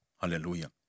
Hallelujah